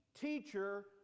teacher